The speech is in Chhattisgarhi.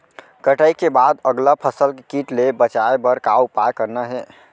कटाई के बाद अगला फसल ले किट ले बचाए बर का उपाय करना हे?